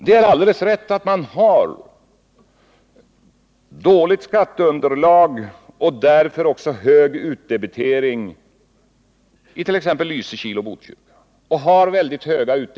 Det är alldeles rätt att man har dåligt skatteunderlag och därför också högre utdebitering i t.ex. Lysekil och Botkyrka.